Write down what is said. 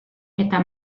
eta